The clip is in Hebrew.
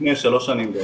לפני שלוש שנים בערך.